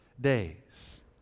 days